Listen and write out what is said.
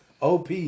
OP